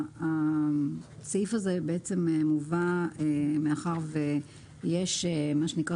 הסעיף הזה מובא מאחר ויש מה שנקרא